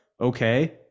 okay